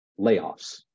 layoffs